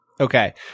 okay